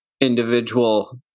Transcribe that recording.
individual